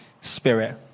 Spirit